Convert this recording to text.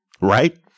right